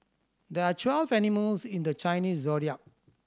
there are twelve animals in the Chinese Zodiac